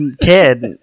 kid